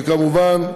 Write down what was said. וכמובן,